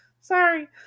Sorry